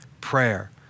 prayer